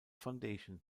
foundation